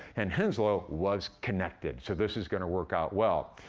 and henslow was connected, so this is gonna work out well.